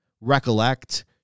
recollect